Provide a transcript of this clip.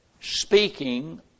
Speaking